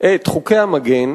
את חוקי המגן,